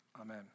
amen